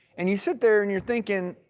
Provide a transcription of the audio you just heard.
and you sit there and you're thinking,